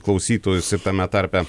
klausytojus ir tame tarpe